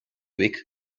week